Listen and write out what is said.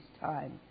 time